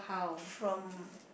from